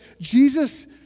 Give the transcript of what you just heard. Jesus